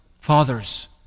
fathers